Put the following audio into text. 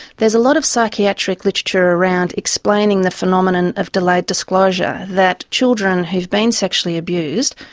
there's a lot of psychiatric literature around explaining the phenomenon of delayed disclosure, that children who've been sexually abused,